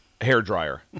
hairdryer